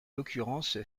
l’occurrence